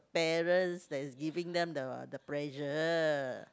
parents that is giving them the the pressure